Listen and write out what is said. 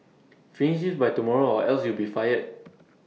finish this by tomorrow or else you'll be fired